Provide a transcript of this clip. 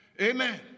Amen